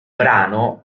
brano